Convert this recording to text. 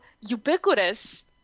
ubiquitous